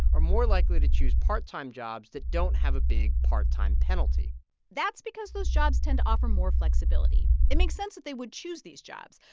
are more likely to choose part-time jobs that don't have a big part-time penalty that's because those jobs tend to offer more flexibility. it makes sense that they would choose these jobs.